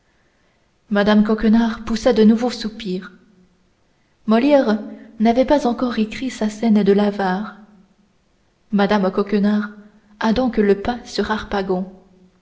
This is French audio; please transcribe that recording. mme coquenard poussa de nouveaux soupirs molière n'avait pas encore écrit sa scène de l'avare mme coquenard a donc le pas sur harpagon